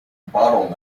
bottle